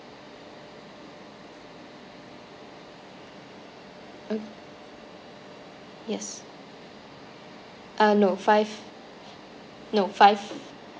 ok~ yes uh no five no five